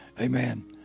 Amen